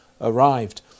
arrived